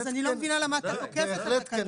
אז אני לא מבינה למה אתה תוקף את התקנות.